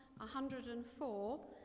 104